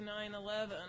9-11